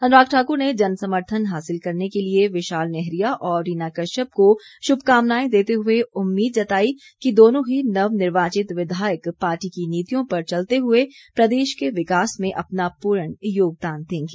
अनुराग ठाकुर ने जनसमर्थन हासिल करने के लिए विशाल नेहरिया और रीना कश्यप को शुभकामनाएं देते हुए उम्मीद जताई कि दोनों ही नवनिर्वाचित विधायक पार्टी की नीतियों पर चलते हुए प्रदेश के विकास में अपना पूर्ण योगदान देंगे